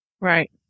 Right